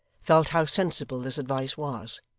felt how sensible this advice was,